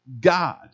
God